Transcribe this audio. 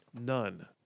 None